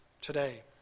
today